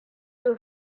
you